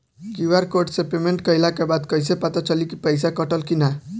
QR code से payment कईला के बाद कईसे पता चली की पैसा कटल की ना?